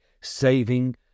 saving